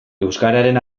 euskararen